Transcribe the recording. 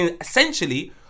essentially-